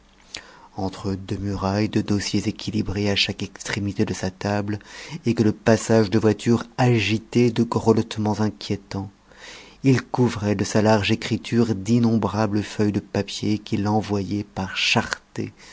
entre deux murailles de dossiers équilibrés à chaque extrémité de sa table et que le passage de voitures agitaient de grelottements inquiétants il couvrait de sa large écriture d'innombrables feuilles de papier qu'il envoyait par